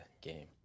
game